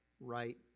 right